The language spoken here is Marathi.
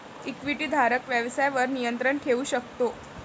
इक्विटीधारक व्यवसायावर नियंत्रण ठेवू शकतो